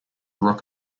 rock